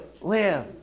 live